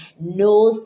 knows